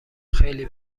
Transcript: خیلی